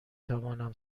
توانم